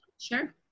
sure